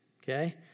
Okay